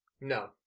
No